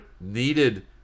needed